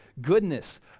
goodness